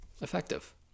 effective